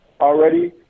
already